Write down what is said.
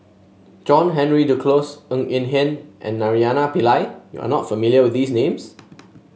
John Henry Duclos Ng Eng Hen and Naraina Pillai you are not familiar with these names